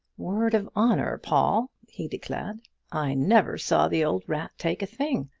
word of honor, paul! he declared i never saw the old rat take a thing!